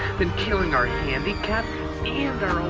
then killing our handicapped and our old